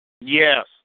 Yes